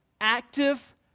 active